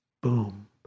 Boom